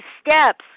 steps